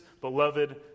beloved